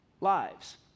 lives